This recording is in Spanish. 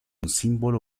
símbolo